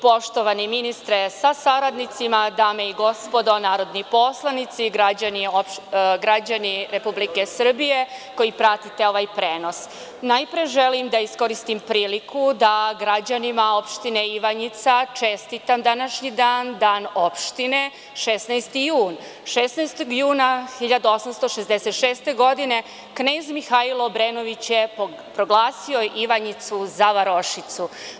Poštovani ministre sa saradnicima, dame i gospodo narodni poslanici, građani Republike Srbije koji pratite ovaj prenos, najpre želim da iskoristim priliku da građanima opštine Ivanjica čestitam današnji dan, dan opštine 16. jun. Juna 16. 1866. godine Knez Mihailo Obrenović je proglasio Ivanjicu za varošicu.